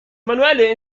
manuelle